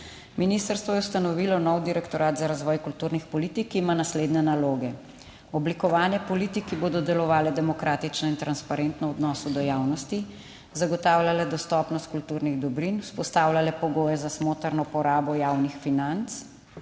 "Ministrstvo je ustanovilo nov direktorat za razvoj kulturnih politik, ki ima naslednje naloge: oblikovanje politik, ki bodo delovale demokratično in transparentno v odnosu do javnosti, zagotavljale dostopnost kulturnih dobrin, vzpostavljale pogoje za smotrno porabo javnih financ